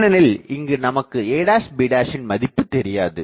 ஏனெனில் இங்கு நமக்கு a b இன்மதிப்புதெரியாது